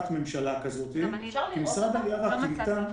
כל יועץ במשרד העלייה והקליטה,